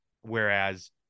whereas